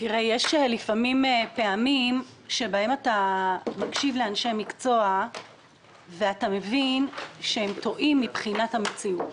יש פעמים שאתה מקשיב לאנשי מקצוע ואתה מבין שהם טועים מבחינת המציאות.